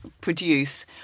produce